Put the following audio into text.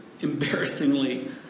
embarrassingly